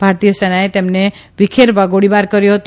ભારતીય સેનાએ તેમને વિખેરવા ગોળીબાર કર્યો હતો